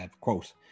quote